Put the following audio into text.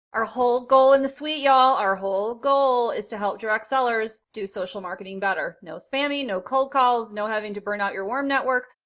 our whole goal in the suite, y'all, our whole goal is to help direct sellers do social marketing better. no spammy, no cold calls, no having to burn out your warm network,